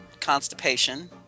constipation